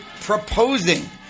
proposing